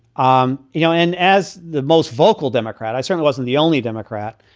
um you know, and as the most vocal democrat, i certainly wasn't the only democrat.